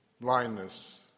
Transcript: blindness